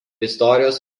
istorijos